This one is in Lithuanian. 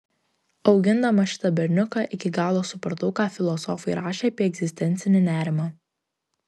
augindamas šitą berniuką iki galo supratau ką filosofai rašė apie egzistencinį nerimą